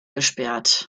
gesperrt